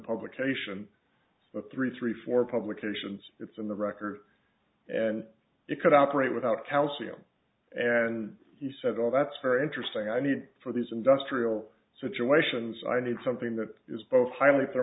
publication the three three four publications it's in the record and it could operate without counsel and he said oh that's very interesting i mean for these industrial situations i need something that is both highly